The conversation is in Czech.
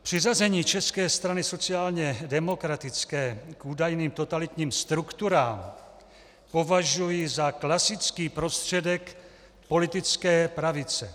Přiřazení České strany sociálně demokratické údajným totalitním strukturám považuji za klasický prostředek politické pravice.